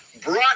brought